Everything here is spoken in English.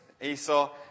Esau